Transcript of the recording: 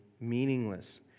meaningless